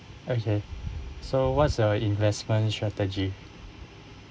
okay so what's your investment strategy